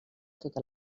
tota